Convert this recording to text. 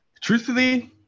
Truthfully